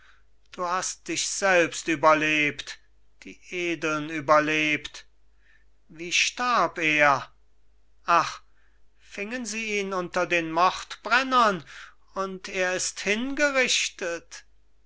du hast dich selbst überlebt die edeln überlebt wie starb er ach fingen sie ihn unter den mordbrennern und er ist hingerichtet